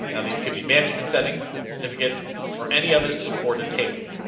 now these could be management settings certificates or any other supported payload.